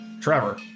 Trevor